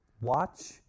watch